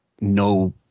no